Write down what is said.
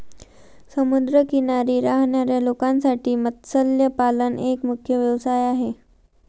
समुद्र किनारी राहणाऱ्या लोकांसाठी मत्स्यपालन एक मुख्य व्यवसाय आहे